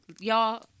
y'all